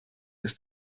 ist